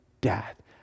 death